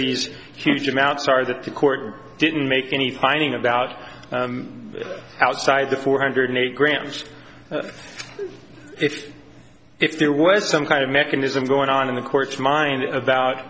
these huge amounts are that the court didn't make any finding about outside the four hundred eight grams if if there was some kind of mechanism going on in the courts mind about